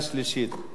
נא להצביע.